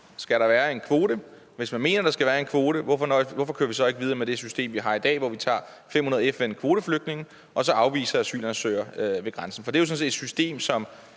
Skal der være en kvote? Hvis man mener, at der skal være en kvote, hvorfor kører vi så ikke videre med det system, vi har i dag, hvor vi tager 500 FN-kvoteflygtninge og så afviser asylansøgere ved grænsen? Det er jo sådan set et system, som